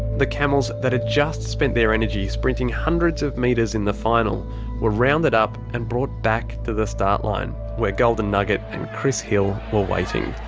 the camels that'd just spent their energy energy sprinting hundreds of metres in the final were rounded up, and brought back to the start line. where golden nugget and chris hill were waiting.